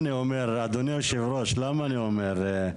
אדוני היושב ראש, למה אני אומר?